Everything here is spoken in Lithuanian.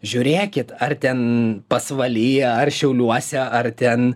žiūrėkit ar ten pasvalyje ar šiauliuose ar ten